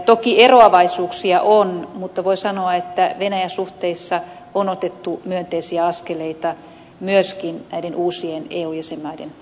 toki eroavaisuuksia on mutta voi sanoa että venäjä suhteissa on otettu myönteisiä askeleita myöskin näiden uusien eu jäsenmaiden osalta